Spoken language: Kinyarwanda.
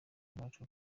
bacu